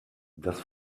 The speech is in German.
das